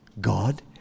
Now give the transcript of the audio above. God